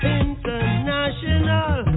international